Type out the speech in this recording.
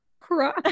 cry